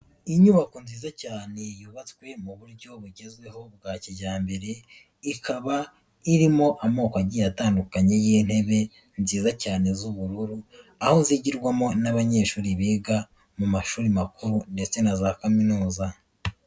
Inyubako nziza cyane yubatswe mu buryo bugezweho bwa kijyambere, ikaba irimo amoko agiye atandukanye y'intebe nziza cyane z'ubururu, aho zigirwamo n'abanyeshuri biga mu mashuri makuru ndetse na za kaminuza.